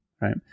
right